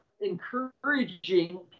encouraging